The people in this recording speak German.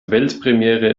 weltpremiere